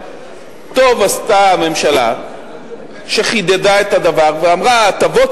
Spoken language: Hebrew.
טוב עשתה הממשלה שחידדה את הדבר ואמרה: ההטבות